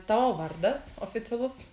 tavo vardas oficialus